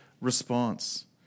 response